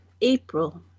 April